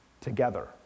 together